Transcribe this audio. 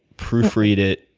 proofread it,